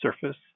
surface